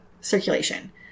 circulation